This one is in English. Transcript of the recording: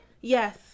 Yes